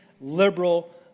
liberal